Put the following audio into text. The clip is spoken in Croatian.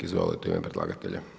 Izvolite, u ime predlagatelja.